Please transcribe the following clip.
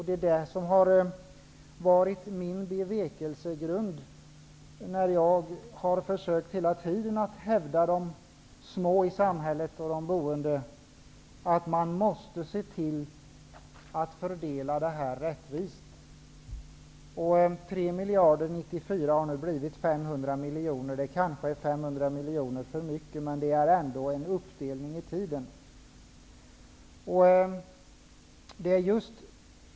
Det är det som har varit min bevekelsegrund när jag hela tiden har försökt att hävda de små i samhället och de boende. Man måste se till att fördela detta rättvist. 3 miljarder år l994 har nu blivit 500 miljoner, vilket kanske är 500 miljoner för mycket, men det är ändå en uppdelning i tiden.